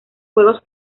juegos